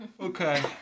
Okay